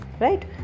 right